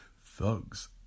Thugs